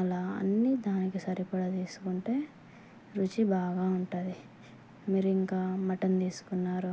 అలా అన్నీ దానికి సరిపడ తీసుకుంటే రుచి బాగా ఉంటుంది మీరు ఇంకా మటన్ తీసుకున్నారు